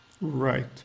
Right